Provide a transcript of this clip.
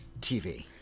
TV